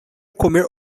comer